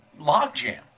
logjam